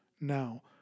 now